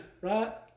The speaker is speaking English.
right